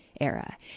era